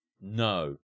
No